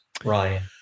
Ryan